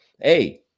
Hey